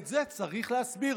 את זה צריך להסביר.